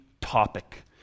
topic